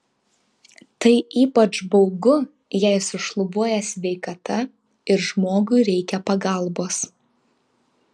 tai ypač baugu jei sušlubuoja sveikata ir žmogui reikia pagalbos